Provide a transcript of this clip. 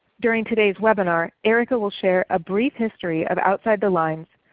during today's webinar erica will share a brief history of outside the lines,